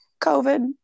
COVID